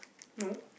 no